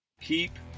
keep